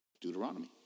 Deuteronomy